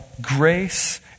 grace